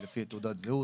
אם לפי תעודת הזהות,